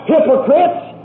Hypocrites